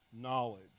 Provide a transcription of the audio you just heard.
knowledge